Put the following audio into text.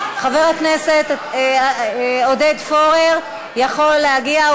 חבר הכנסת עודד פורר יכול להגיע,